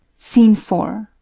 scene four.